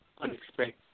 unexpected